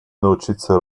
научиться